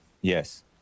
Yes